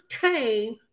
came